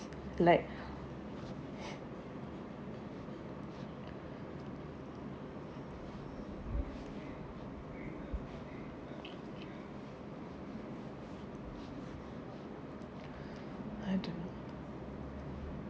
like I don't